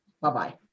Bye-bye